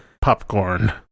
popcorn